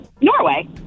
norway